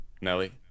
Nelly